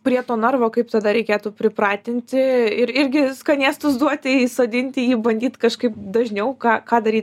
prie to narvo kaip tada reikėtų pripratinti ir irgi skanėstus duoti įsodinti jį bandyt kažkaip dažniau ką ką daryt